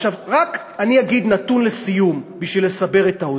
עכשיו, אני אגיד נתון לסיום, בשביל לסבר את האוזן.